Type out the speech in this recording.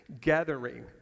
gathering